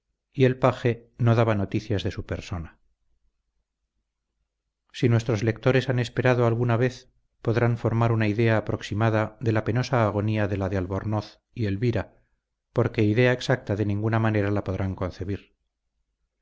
y el paje no daba noticias de su persona si nuestros lectores han esperado alguna vez podrán formar una idea aproximada de la penosa agonía de la de albornoz y elvira porque idea exacta de ninguna manera la podrán concebir